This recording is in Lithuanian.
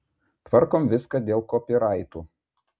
tvarkom viską dėl kopiraitų